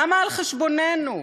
למה על-חשבוננו?